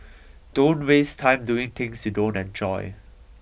don't waste time doing things you don't enjoy